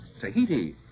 Tahiti